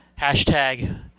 hashtag